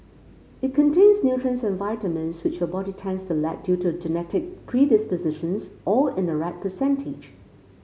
it contains nutrients and vitamins which your body tends to lack due to genetic predispositions all in the right percentage